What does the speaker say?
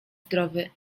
zdrowy